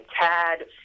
Tad